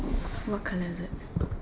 what colour is it